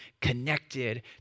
connected